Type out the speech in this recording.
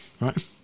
right